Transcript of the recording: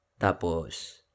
Tapos